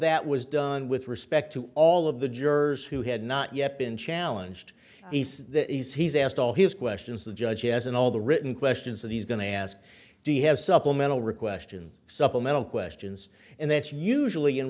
that was done with respect to all of the jurors who had not yet been challenged he says that he's he's asked all his questions the judge he has and all the written questions that he's going to ask do you have supplemental request and supplemental questions and that's usually in